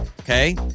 okay